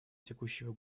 текущего